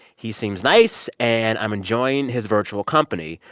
he seems nice. and i'm enjoying his virtual company.